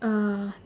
uh